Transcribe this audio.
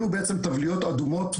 אלה בעצם טבליות אדומות,